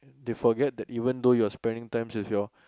they forget that even though you are spending time with your